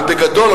אבל בגדול,